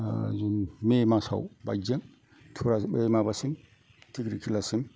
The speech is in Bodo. जों मे मासाव बाइकजों थुरा बे माबासिम थिफ्रिफिलासिम